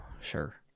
sure